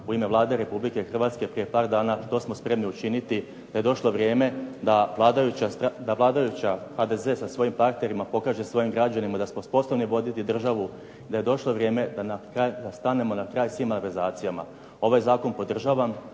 u ime Vlade Republike Hrvatske prije par dana, što smo spremni učiniti. Da je došlo vrijeme da vladajuća HDZ sa svojim partnerima pokaže svojim građanima da smo sposobni voditi državu i da je došlo vrijeme da stanemo na kraj svim malverzacijama. Ovaj zakon podržavam.